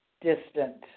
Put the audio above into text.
Distant